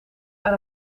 aan